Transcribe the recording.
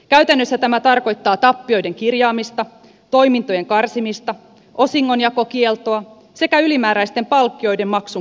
käytännössä tämä tarkoittaa tappioiden kirjaamista toimintojen karsimista osingonjakokieltoa sekä ylimääräisten palkkioiden maksun keskeyttämistä